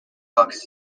books